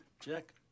Jack